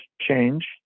change